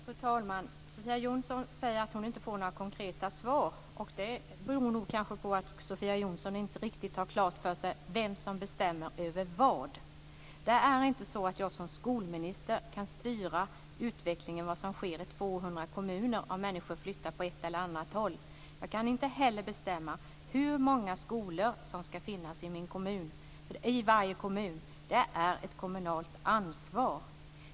Fru talman! Sofia Jonsson säger att hon inte får några konkreta svar. Det beror kanske på att Sofia Jonsson inte riktigt har klart för sig vem som bestämmer över vad. Det är inte så att jag som skolminister kan styra vad som sker i 200 kommuner om människor flyttar åt ett eller annat håll. Jag kan inte heller bestämma hur många skolor som skall finnas i varje kommun. Det är ett kommunalt ansvar.